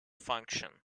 function